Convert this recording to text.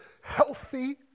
healthy